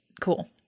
cool